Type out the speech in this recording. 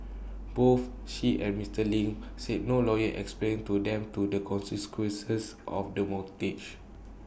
both she and Mister Ling said no lawyer explained to them to the consequences of the mortgage